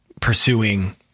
pursuing